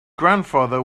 grandfather